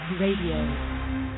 Radio